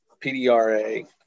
PDRA